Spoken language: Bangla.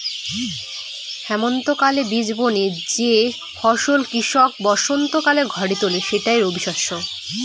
হেমন্তকালে বীজ বুনে যে ফসল কৃষক বসন্তকালে ঘরে তোলে সেটাই রবিশস্য